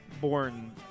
born